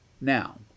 Now